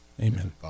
Amen